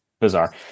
bizarre